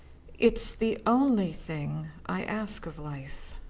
it's the only thing i ask of life,